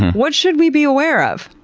what should we be aware of?